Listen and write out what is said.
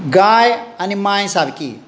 गाय आनी माय सारकी